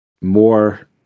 more